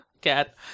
Cat